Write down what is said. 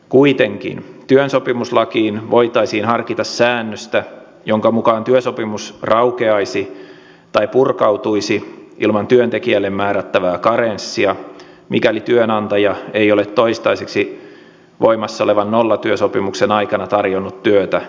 kuitenkin työsopimuslakiin voitaisiin harkita säännöstä jonka mukaan työsopimus raukeaisi tai purkautuisi ilman työntekijälle määrättävää karenssia mikäli työnantaja ei ole toistaiseksi voimassa olevan nollatyösopimuksen aikana tarjonnut työtä pitkään aikaan